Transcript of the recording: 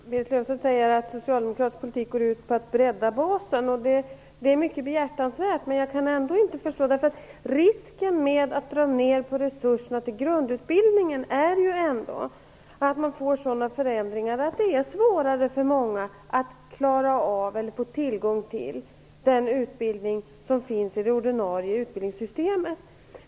Fru talman! Berit Löfstedt säger att socialdemokratisk politik går ut på att bredda basen, och det är mycket behjärtansvärt. Men jag kan ändå inte förstå mig på det. Risken med att dra ner på resurserna för grundutbildningen är ju ändå att det blir svårare för många att få tillgång till den utbildning som finns i det ordinarie utbildningssystemet.